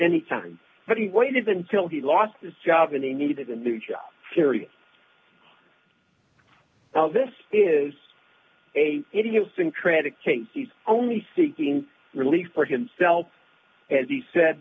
any time but he waited until he lost his job and he needed a new job period this is a idiosyncratic take he's only seeking relief for himself as he said